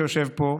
שיושב פה,